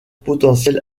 potentiel